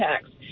tax